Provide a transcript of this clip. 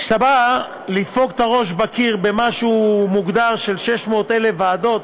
כשאתה בא לדפוק את הראש בקיר במשהו מוגדר של 600,000 ועדות,